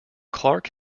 clark